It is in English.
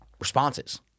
responses